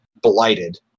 blighted